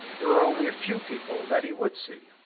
there were only a few people that he would see,